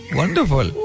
wonderful